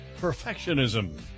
perfectionism